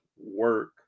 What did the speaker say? work